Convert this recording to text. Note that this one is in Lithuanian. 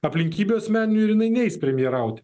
aplinkybių asmenių ir jinai neis premjerauti